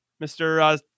Mr